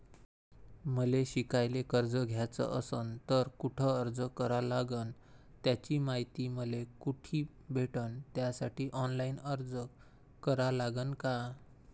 मले शिकायले कर्ज घ्याच असन तर कुठ अर्ज करा लागन त्याची मायती मले कुठी भेटन त्यासाठी ऑनलाईन अर्ज करा लागन का?